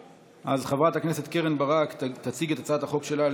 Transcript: החלטה מס' 107. חברת הכנסת קרן ברק תציג את הצעת החוק שלה,